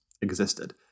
existed